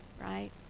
right